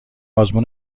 آزمون